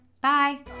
Bye